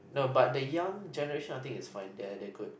no but the young generation I think it's fine they are they're good